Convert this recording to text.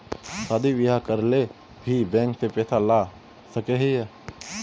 शादी बियाह करे ले भी बैंक से पैसा ला सके हिये?